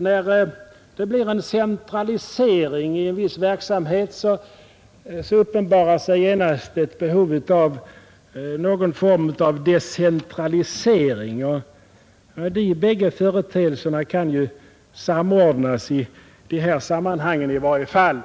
När det blir en centralisering i en viss verksamhet uppenbarar sig genast ett behov av någon form av decentralisering, och de bägge företeelserna kan samordnas i detta sammanhang i varje fall.